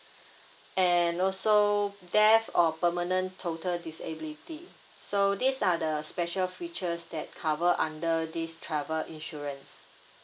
and also death or permanent total disability so these are the special features that cover under this travel insurance